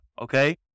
okay